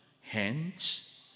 Hence